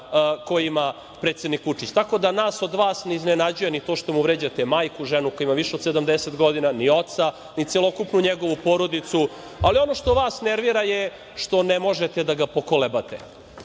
koje ima predsednik Vučić, tako da nas od vas ne iznenađuje ni to što mu vređate majku, ženu koja ima više od 70 godina, ni oca, ni celokupnu njegovu porodicu. Ono što vas nervira je što ne možete da ga pokolebate,